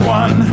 one